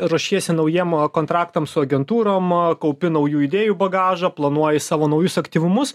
ruošiesi naujiem kontraktam su agentūrom kaupi naujų idėjų bagažą planuoji savo naujus aktyvumus